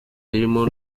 birimo